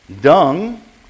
Dung